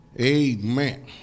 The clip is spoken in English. Amen